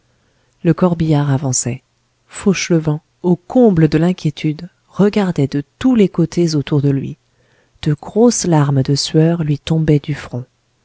le corbillard avançait fauchelevent au comble de l'inquiétude regardait de tous les côtés autour de lui de grosses larmes de sueur lui tombaient du front